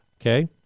Okay